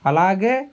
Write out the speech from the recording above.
అలాగే